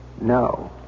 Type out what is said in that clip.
No